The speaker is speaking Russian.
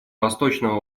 восточного